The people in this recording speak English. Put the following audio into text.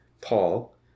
Paul